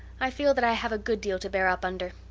i feel that i have a good deal to bear up under.